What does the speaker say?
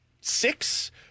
six